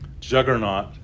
juggernaut